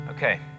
Okay